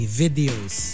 videos